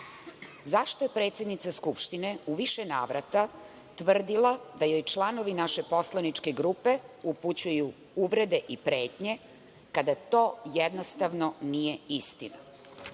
je predsednica Skupštine u više navrata tvrdila da joj članovi naše poslaničke grupe upućuju uvrede i pretnje kada to jednostavno nije istina.